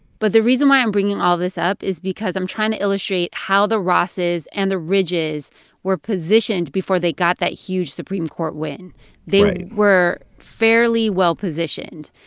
but the reason why i'm bringing all this up is because i'm trying to illustrate how the rosses and the ridges were positioned before they got that huge supreme court win right they were fairly well-positioned.